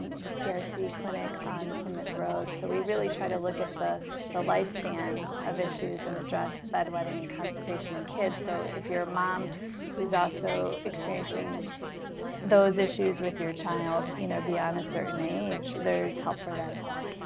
the prc clinic on plymouth road, so we really try to look at the the lifespan of issues and address bedwetting and constipation in kids. so if you're a mom who's also experiencing those issues with your child, you know beyond a certain age, there's help for that as well.